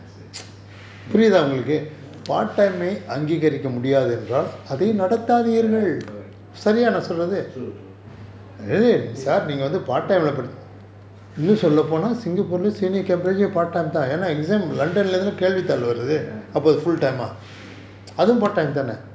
ya correct true true